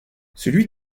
celui